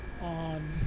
on